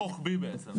רוחבי בעצם.